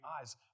eyes